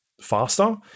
faster